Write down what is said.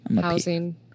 housing